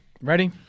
Ready